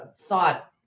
thought